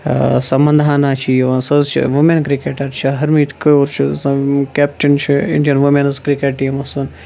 سَمن حانا چھِ یِوان سُہ حظ چھِ وومین کِرکیٹَر چھِ ہَرمیٖت کور چھِ سۄ کیپٹین چھِ اِنٛڈین وومینٕز کِرکیٹ ٹیٖمَس